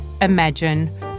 imagine